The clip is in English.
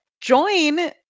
join